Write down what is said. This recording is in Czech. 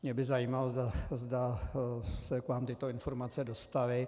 Mě by zajímalo, zda se k vám tyto informace dostaly.